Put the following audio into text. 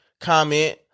comment